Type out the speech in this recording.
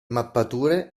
mappature